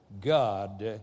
God